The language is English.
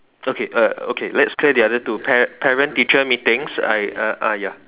okay uh okay let's clear the other two pa~ parent teacher meetings I I uh uh ya